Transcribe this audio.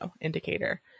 indicator